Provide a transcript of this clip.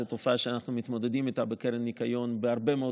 זאת תופעה שאנחנו מתמודדים איתה בקרן הניקיון בהרבה מאוד